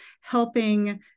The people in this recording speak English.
helping